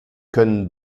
können